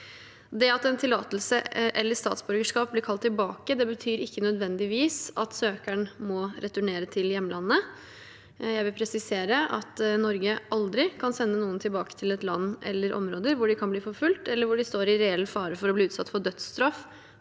Det at en tillatelse eller et statsborgerskap blir kalt tilbake, betyr ikke nødvendigvis at søkeren må returnere til hjemlandet. Jeg vil presisere at Norge aldri kan sende noen tilbake til et land eller område hvor de kan bli forfulgt, eller hvor de står i reell fare for å bli utsatt for dødsstraff,